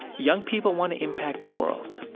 young people want to impact the world.